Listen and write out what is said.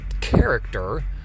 character